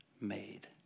made